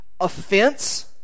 offense